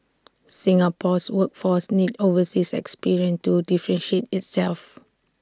Singapore's workforce needs overseas experience to differentiate itself